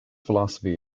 philosophy